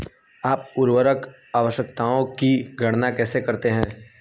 आप उर्वरक आवश्यकताओं की गणना कैसे करते हैं?